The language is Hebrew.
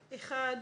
אחד,